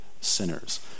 sinners